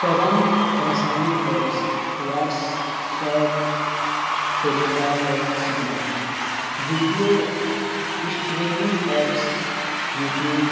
پیغام رسانی apps WhatsApp Telegram اور Signal video streaming apps YouTube